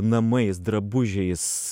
namais drabužiais